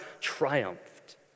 triumphed